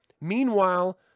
Meanwhile